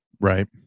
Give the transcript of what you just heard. Right